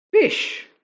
fish